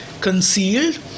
concealed